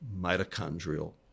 mitochondrial